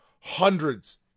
hundreds